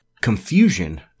confusion